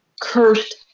cursed